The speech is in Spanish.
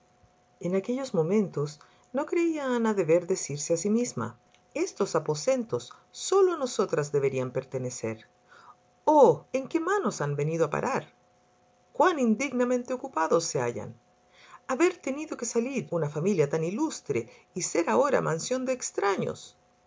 en aquellos momentos no creía ana deber decirse a sí misma estos aposentos sólo a nosotras debieran pertenecer oh en qué manos han venido a parar cuán indignamente ocupados se hallan haber tenido que salir una familia tan ilustre y ser ahora mansión de extraños